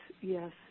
yes